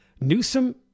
Newsom